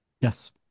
Yes